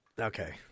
Okay